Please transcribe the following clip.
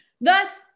Thus